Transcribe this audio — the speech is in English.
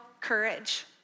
courage